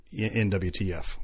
NWTF